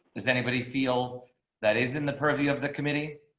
does anybody feel that is in the purview of the committee,